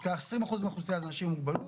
כ-20% מהאוכלוסייה זה אנשים עם מוגבלות.